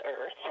Earth